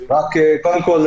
קודם כול,